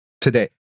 today